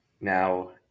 now